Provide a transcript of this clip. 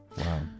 Wow